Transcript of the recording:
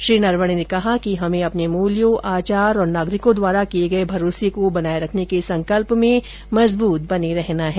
श्री नरवणे ने कहा कि हमें अपने मूल्यों आचार और नागरिकों द्वारा किए गए भरोसे को बनाए रखने के संकल्प में मजबूत बने रहना है